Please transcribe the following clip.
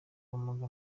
ubumuga